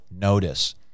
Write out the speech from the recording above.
notice